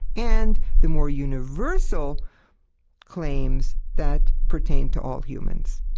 and the more universal claims that pertain to all humans.